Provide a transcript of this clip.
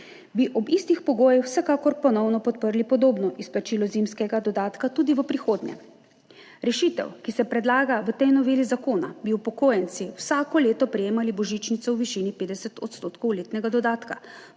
bi ob istih pogojih vsekakor ponovno podprli podobno izplačilo zimskega dodatka tudi v prihodnje. Rešitev, ki se predlaga v tej noveli zakona, da bi upokojenci vsako leto prejemali božičnico v višini 50 % letnega dodatka,